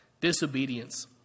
Disobedience